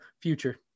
future